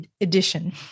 edition